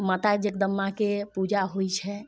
माता जगदन्बाके पूजा होइ छै